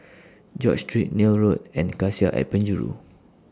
George Street Neil Road and Cassia At Penjuru